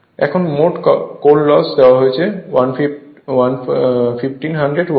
এখন মোট core loss দেওয়া হয়েছে 1500 ওয়াট